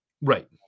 Right